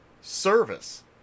service